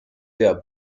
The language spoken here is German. der